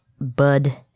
Bud